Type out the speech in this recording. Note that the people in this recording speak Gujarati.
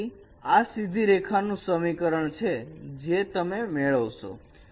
તેથી આ સીધી રેખા નું સમીકરણ છે જે તમે મેળવશો